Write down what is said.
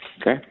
Okay